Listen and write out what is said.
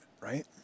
right